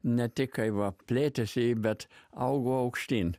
ne tik kai va plėtėsi bet augo aukštyn